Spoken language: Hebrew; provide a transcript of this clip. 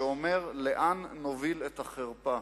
שאומר "לאן נוליך את החרפה".